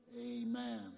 Amen